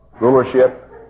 rulership